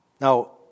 Now